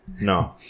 No